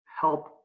help